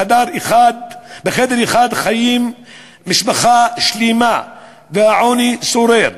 בחדר אחד חיה משפחה שלמה והעוני שורר.